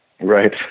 Right